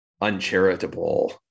uncharitable